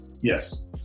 yes